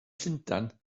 llundain